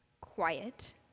quiet